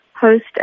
host